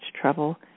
trouble